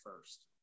first